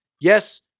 Yes